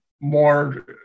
more